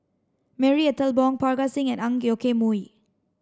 Marie Ethel Bong Parga Singh and Ang Yoke Mooi